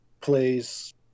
plays